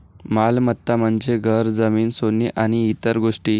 मालमत्ता म्हणजे घर, जमीन, सोने आणि इतर गोष्टी